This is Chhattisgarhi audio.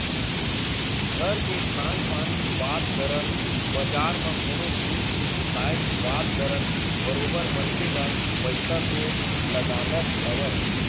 घर के खान पान के बात करन बजार म कोनो जिनिस के बिसाय के बात करन बरोबर मनखे ल पइसा तो लगानाच हवय